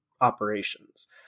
operations